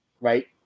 right